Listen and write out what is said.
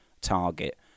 target